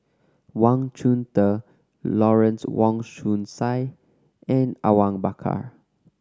Wang Chunde Lawrence Wong Shyun Tsai and Awang Bakar